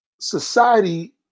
society